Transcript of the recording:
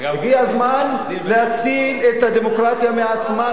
הגיע הזמן להציל את הדמוקרטיה מעצמה,